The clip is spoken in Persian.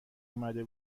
آمده